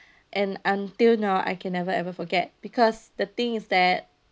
and until now I can never ever forget because the thing is that